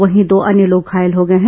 वहीं दो अन्य लोग घायल हो गए हैं